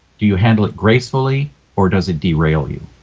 do you handle it gracefully or does it derail you?